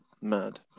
Mad